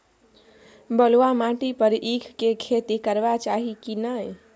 बलुआ माटी पर ईख के खेती करबा चाही की नय?